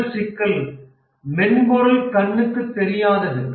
முதல் சிக்கல் மென்பொருள் கண்ணுக்கு தெரியாதது